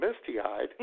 misty-eyed